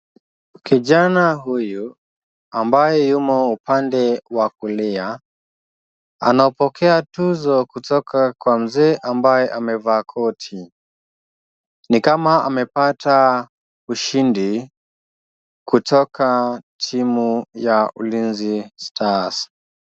Kijana huyu ambaye yumo upande wa kulia anapokea tuzo kutoka kwa mzee ambaye amevaa koti. Ni kama amepata ushindi kutoka timu ya Ulinzi Stars.